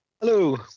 Hello